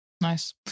Nice